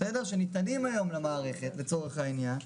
שניתנים היום למערכת לצורך העניין,